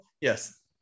Yes